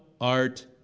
art